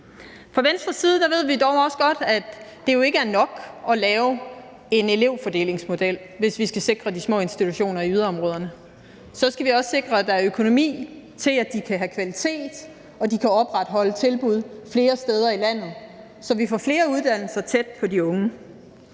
Fra Venstres side ved vi dog også godt, at det ikke er nok at lave en elevfordelingsmodel, hvis vi skal sikre de små institutioner i yderområderne; så skal vi også sikre, at der er økonomi til, at de kan have kvalitet, og at de kan opretholde tilbud flere steder i landet, så vi får flere uddannelser tæt på de unge.